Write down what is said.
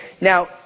now